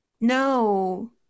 no